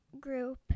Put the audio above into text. group